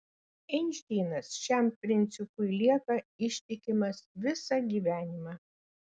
einšteinas šiam principui lieka ištikimas visą gyvenimą